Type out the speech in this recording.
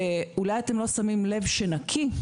אולי אתם לא שמים לב שנקי,